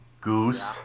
goose